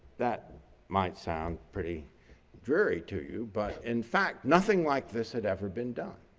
that might sound pretty dreary to you, but in fact nothing like this had ever been done.